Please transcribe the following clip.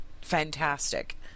fantastic